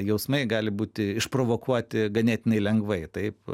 jausmai gali būti išprovokuoti ganėtinai lengvai taip